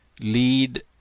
lead